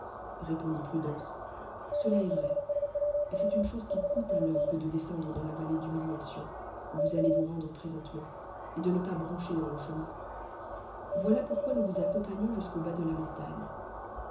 répondit prudence cela est vrai et c est due choie qui cote à l'homme que de descendre dans la vallée d'humiliadél'ul de cluiliai tion où vous allez vous rendre présentement et de ne pas broucher dans le chemin voilà pourquoi nous vous aœompagnons jusqu'au bas de la montagne